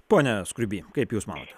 pone skruiby kaip jūs manote